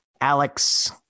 Alex